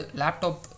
laptop